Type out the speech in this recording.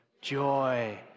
Joy